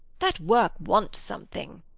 that work wants something.